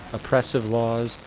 oppressive laws,